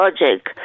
logic